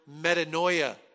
metanoia